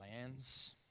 lands